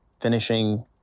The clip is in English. finishing